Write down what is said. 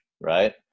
Right